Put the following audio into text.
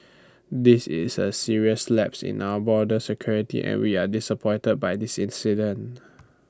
this is A serious lapse in our border security and we are disappointed by this incident